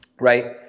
right